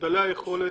דלי היכולת,